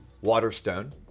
Waterstone